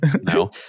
no